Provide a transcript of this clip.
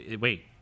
wait